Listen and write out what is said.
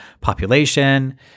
population